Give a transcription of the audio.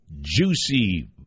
juicy